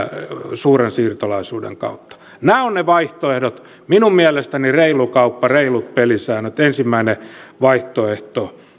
suuren siirtolaisuuden kautta nämä ovat ne vaihtoehdot minun mielestäni reilu kauppa reilut pelisäännöt ensimmäinen vaihtoehto